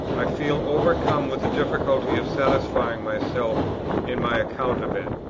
i feel overcome with the difficulty of satisfying myself in my account of it,